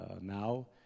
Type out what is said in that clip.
Now